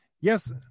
yes